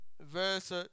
verse